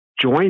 join